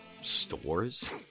Stores